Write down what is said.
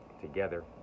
together